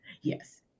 Yes